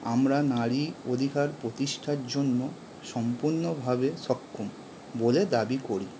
আমরা নারী অধিকার প্রতিষ্ঠার জন্য সম্পূর্ণভাবে সক্ষম বলে দাবি করি